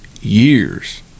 years